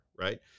right